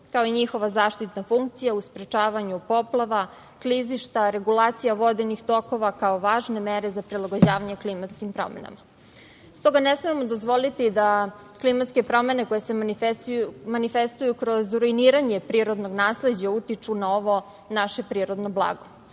kao i njihova zaštitna funkcija u sprečavanju poplava, klizišta, regulacija vodenih tokova, kao važne mere za prilagođavanje klimatskim promenama. Stoga, ne smemo dozvoliti da klimatske promene koje se manifestuju kroz ruiniranje prirodnog nasleđa utiču na ovo naše prirodno